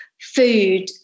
food